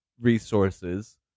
resources